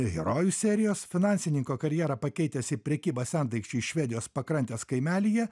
herojus serijos finansininko karjerą pakeitęs į prekybą sendaikčiais iš švedijos pakrantės kaimelyje